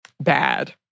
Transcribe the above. bad